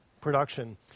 production